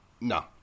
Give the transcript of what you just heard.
No